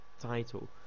title